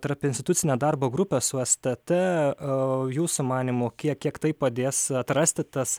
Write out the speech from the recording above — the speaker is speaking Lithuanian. tarpinstitucinę darbo grupę su stt jūsų manymu tiek kiek tai padės atrasti tas